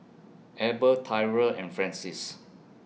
Eber Tyrel and Francis